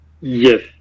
yes